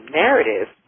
narrative